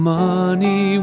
money